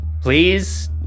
Please